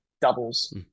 doubles